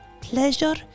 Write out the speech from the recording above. Pleasure